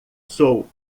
sou